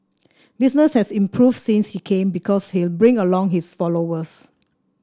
business has improved since he came because he'll bring along his followers